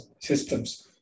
systems